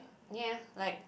ya like